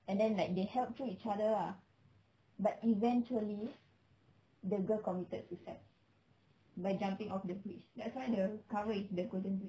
and then like they help through each other ah but eventually the girl committed suicide by jumping off the bridge that's why the cover is the golden bridge